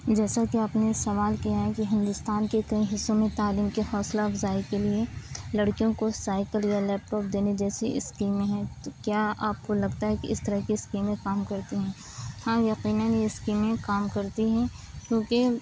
جیساکہ آپ نے سوال کیا ہے کہ ہندوستان کے کئی حصوں میں تعلیم کی حوصلہ افزائی کے لیے لڑکیوں کو سائیکل یا لیپ ٹاپ دینے جیسی اسکیمیں ہیں تو کیا آپ کو لگتا ہے کہ اس طرح کی اسکیمیں کام کرتی ہیں ہاں یقیناً یہ اسکیمیں کام کرتی ہیں کیونکہ